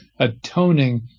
atoning